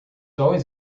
always